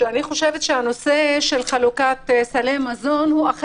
אני חושבת שאכן חשוב לחלק סלי מזון,